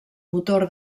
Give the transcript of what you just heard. motor